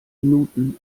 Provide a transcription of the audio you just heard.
minuten